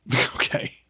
Okay